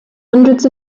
hundreds